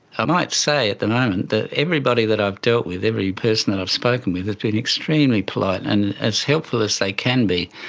i might say at the moment that everybody that i've dealt with, every person that i've spoken with has been extremely polite and as helpful as they can be,